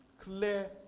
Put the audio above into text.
clear